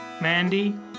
Mandy